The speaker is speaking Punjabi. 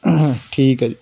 ਠੀਕ ਹੈ ਜੀ